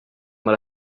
mal